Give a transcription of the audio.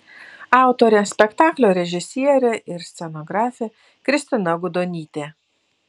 autorė spektaklio režisierė ir scenografė kristina gudonytė